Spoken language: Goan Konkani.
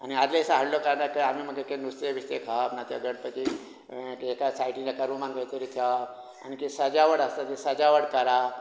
आनी आदले दिसा हाडलो कांय आमी मागीर कितें नुस्तें बिस्तें खावाप ना त्या गणपतीक एका सायडीन एका रूमान खंय तरी थेवप आनी कितें सजावट आसता ती सजावट करप